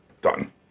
done